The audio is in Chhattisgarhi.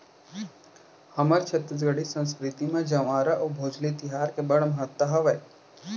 हमर छत्तीसगढ़ी संस्कृति म जंवारा अउ भोजली तिहार के बड़ महत्ता हावय